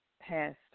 passed